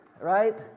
right